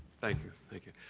thank you, thank you.